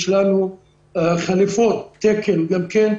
יש לנו גם כן חליפות על פי התקן.